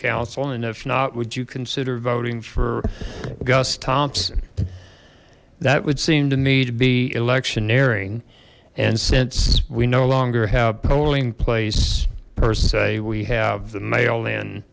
and if not would you consider voting for gus thompson that would seem to me to be electioneering and since we no longer have polling place per se we have the mail in